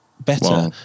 better